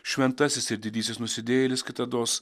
šventasis ir didysis nusidėjėlis kitados